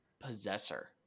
possessor